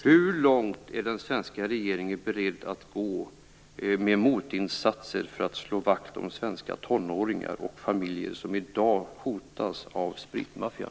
Hur långt är den svenska regeringen beredd att gå när det gäller insatser för att slå vakt om svenska tonåringar och familjer som i dag hotas av spritmaffian?